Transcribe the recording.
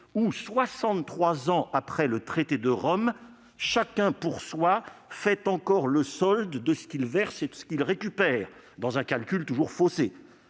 ans après le traité de Rome, chacun pour soi fait encore le solde de ce qu'il verse et ce qu'il récupère, dans un calcul toujours faussé.